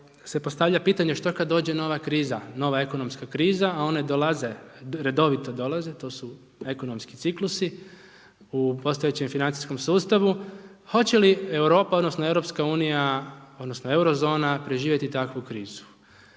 se postavlja pitanje, što kad dođe nova kriza, nova ekonomska kriza, a one dolaze, redovito dolaze, to su ekonomski ciklusi u postojećem financijskom sustavu. Hoće li Europa, odnosno EU, odnosno euro zona preživjeti takvu krizu?